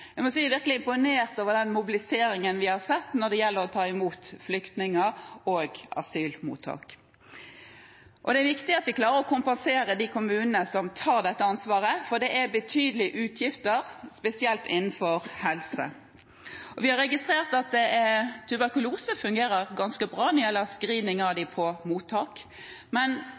Jeg må si jeg er virkelig imponert over den mobiliseringen vi har sett når det gjelder å ta imot flyktninger, og når det gjelder asylmottak. Det er viktig at vi klarer å kompensere de kommunene som tar dette ansvaret, for det er betydelige utgifter, spesielt innenfor helse. Vi har registrert at når det gjelder tuberkulose på mottak, fungerer screening ganske bra.